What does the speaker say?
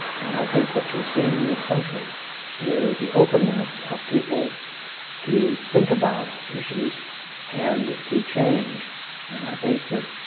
and i think what you are seeing in this country is the openness of people to think about issues and to change and i think that